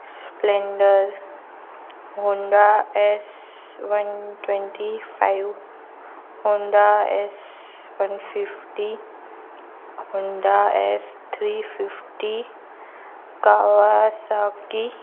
splendor Honda S one twenty five Honda S one fifty Honda S three fifty Kawasaki